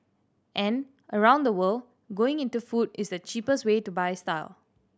and around the world going into food is the cheapest way to buy style